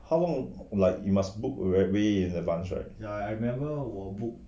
how long like you must book like way in advance right